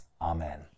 Amen